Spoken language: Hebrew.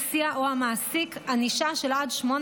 המסיע או המעסיק עונש של עד שמונה